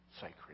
sacred